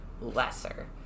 lesser